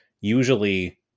Usually